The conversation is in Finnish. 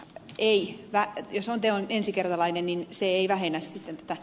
ei hyvä jos on teon ensikertalainen niin se ei vähennä siten että